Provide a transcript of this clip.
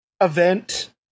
event